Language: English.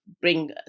bring